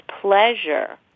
pleasure